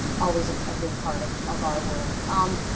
always a big part of of our world. um